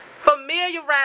Familiarize